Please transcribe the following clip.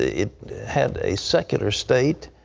it had a secular state